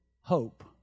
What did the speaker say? hope